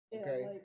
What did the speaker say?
Okay